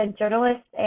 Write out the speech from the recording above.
journalist